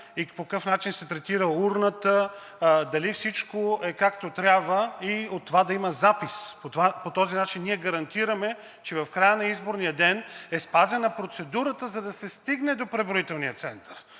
по какъв начин се третира урната – дали всичко е както трябва, и от това да има запис. По този начин ние гарантираме, че в края на изборния ден е спазена процедурата, за да се стигне до преброителния център,